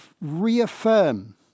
reaffirm